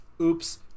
Oops